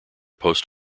post